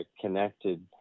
connected